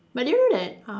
but do you know that uh